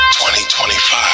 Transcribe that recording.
2025